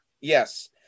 Yes